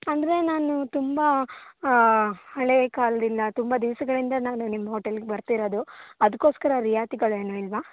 ಅಂದರೆ ನಾನು ತುಂಬ ಹಳೇ ಕಾಲದಿಂದ ತುಂಬ ದಿವಸಗಳಿಂದ ನಾನು ನಿಮ್ಮ ಹೋಟೆಲ್ಗೆ ಬರ್ತಿರೋದು ಅದಕ್ಕೋಸ್ಕರ ರಿಯಾಯಿತಿಗಳೇನೂ ಇಲ್ವಾ